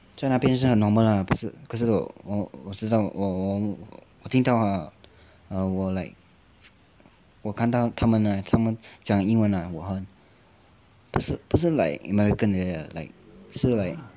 在那边是很 normal lah 可是可是我我知道我我听到啊我 like 我看到他们讲英文啊不是不是很 like american like that like